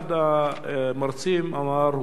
אחד המרצים אמר,